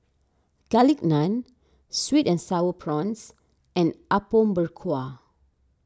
Garlic Naan Sweet and Sour Prawns and Apom Berkuah